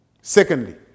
Secondly